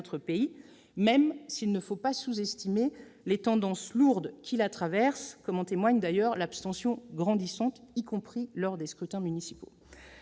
pays, même s'il ne faut pas sous-estimer les tendances lourdes qui la traversent, comme en témoigne d'ailleurs l'abstention grandissante, y compris lors des scrutins municipaux.